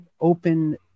open